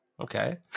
okay